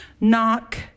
Knock